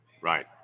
Right